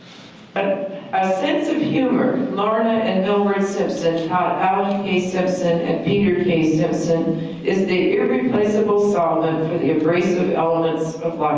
ah ah sense of humor lorna and dilbert simpson taught alan k. simpson and peter k. simpson is the irreplaceable solvent for the abrasive elements of